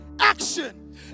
action